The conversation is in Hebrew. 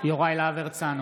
יוראי להב הרצנו.